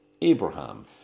Abraham